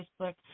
Facebook